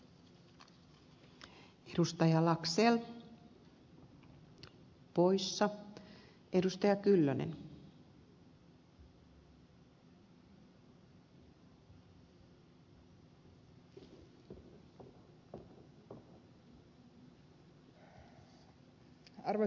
arvoisa rouva puhemies